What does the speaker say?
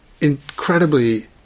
incredibly